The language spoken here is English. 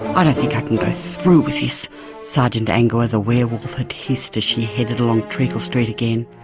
i don't think i can go through with this sergeant angua the werewolf had hissed, as she headed along treacle street again.